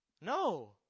No